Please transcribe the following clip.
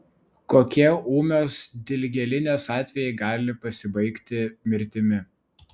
kokie ūmios dilgėlinės atvejai gali pasibaigti mirtimi